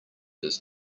does